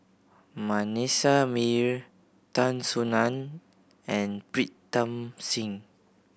Manasseh Meyer Tan Soo Nan and Pritam Singh